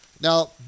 Now